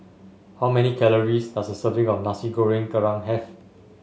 how many calories does a serving of Nasi Goreng Kerang have